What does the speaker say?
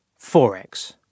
4X